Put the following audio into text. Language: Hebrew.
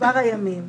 משכבר הימים,